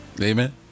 amen